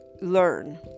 learn